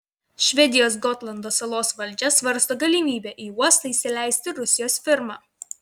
švedijos gotlando salos valdžia svarsto galimybę į uostą įsileisti rusijos firmą